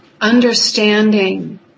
understanding